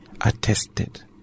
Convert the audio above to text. attested